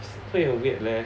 feel 很 weird leh